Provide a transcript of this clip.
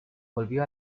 volvió